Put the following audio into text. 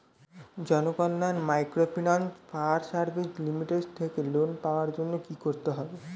Janakalyan microfinance fire service limited থেকে loan পাওয়ার জন্য কি করতে হবে?